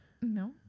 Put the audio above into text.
No